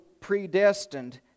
predestined